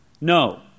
No